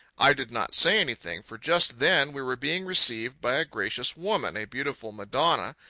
i did not say anything, for just then we were being received by a gracious woman, a beautiful madonna,